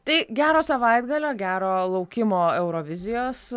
tai gero savaitgalio gero laukimo eurovizijos